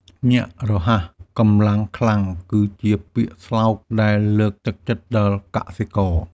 ភ្ញាក់រហ័ស កម្លាំងខ្លាំង គឺជាពាក្យស្លោកដែលលើកទឹកចិត្តដល់កសិករ។